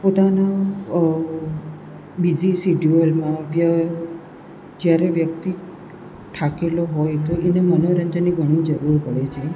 પોતાના બિઝી શિડ્યુઅલમાં વ્ય જ્યારે વ્યક્તિ થાકેલો હોય તો એને મનોરંજનની ઘણી જરૂર પડે છે